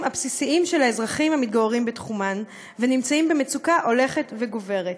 הבסיסיים של האזרחים המתגוררים בתחומן ונמצאים במצוקה הולכת וגוברת.